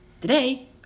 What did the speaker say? Today